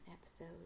episode